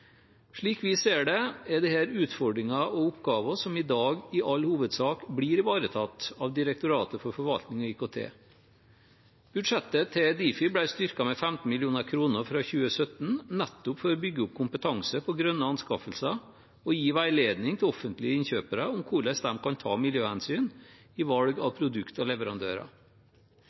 Slik vi ser det, er dette utfordringer og oppgaver som i dag i all hovedsak blir ivaretatt av Direktoratet for forvaltning og IKT. Budsjettet til Difi ble styrket med 15 mill. kr fra 2017, nettopp for å bygge opp kompetanse på grønne anskaffelser og gi veiledning til offentlige innkjøpere om hvordan de kan ta miljøhensyn i valg av produkt og leverandører.